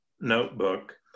notebook